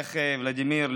איך ולדימיר,